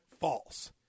false